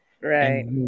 right